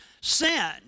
sin